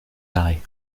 rai